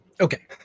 Okay